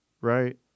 Right